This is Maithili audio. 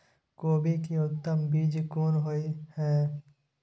कोबी के उत्तम बीज कोन होय है?